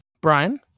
Brian